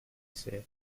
say